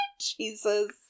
Jesus